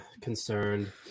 concerned